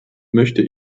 möchte